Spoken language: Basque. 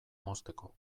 mozteko